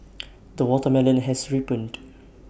the watermelon has ripened